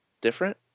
different